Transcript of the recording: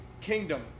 kingdom